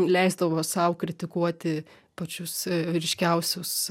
leisdavo sau kritikuoti pačius ryškiausius